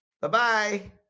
Bye-bye